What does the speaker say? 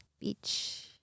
Beach